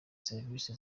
serivisi